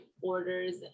orders